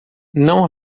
não